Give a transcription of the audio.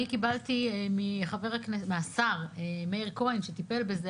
קיבלתי מהשר מאיר כהן שטיפל בזה,